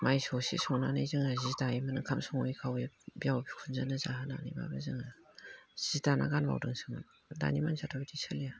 माइ सौसे सौनानै जोङो जि दायोमोन ओंखाम सङै खावै बिहाव बिखुनजोनो जाहोनांगौ जि दाना गावबावदोंसोन दानि मानसिफ्राथ' बिदि सोलिया